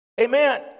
Amen